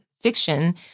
fiction